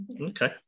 Okay